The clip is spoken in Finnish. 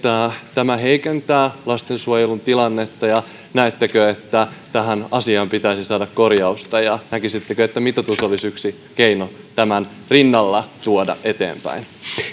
tämä heikentää lastensuojelun tilannetta ja näettekö että tähän asiaan pitäisi saada korjausta näkisittekö että mitoitus olisi yksi keino tämän rinnalla tuoda eteenpäin